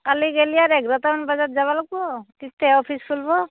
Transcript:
কালি গ'লে আৰু এঘাৰটা মানত যাব লাগিব তেতিয়াহে অফিচ খুলিব